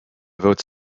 votes